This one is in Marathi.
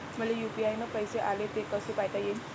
मले यू.पी.आय न पैसे आले, ते कसे पायता येईन?